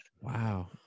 Wow